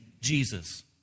Jesus